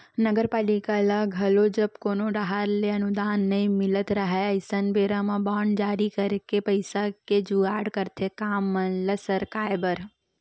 नगरपालिका ल घलो जब कोनो डाहर ले अनुदान नई मिलत राहय अइसन बेरा म बांड जारी करके पइसा के जुगाड़ करथे काम मन ल सरकाय बर